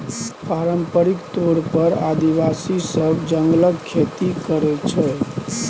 पारंपरिक तौर पर आदिवासी सब जंगलक खेती करय छै